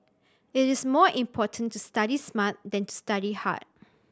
it is more important to study smart than to study hard